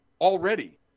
already